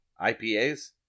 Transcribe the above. IPAs